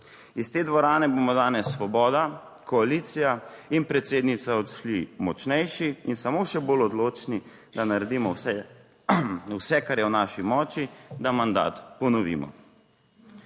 Iz te dvorane bomo danes Svoboda, koalicija in predsednica odšli močnejši in samo še bolj odločni, da naredimo vse, vse kar je v naši moči, da mandat ponovimo.